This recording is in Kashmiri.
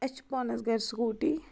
اَسہِ چھِ پانس گرِ سِکوٗٹی